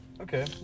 Okay